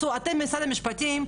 אתם משרד המשפטים,